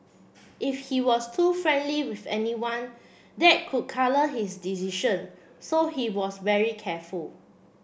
if he was too friendly with anyone that could colour his decision so he was very careful